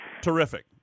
Terrific